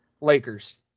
Lakers